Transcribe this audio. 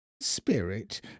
Spirit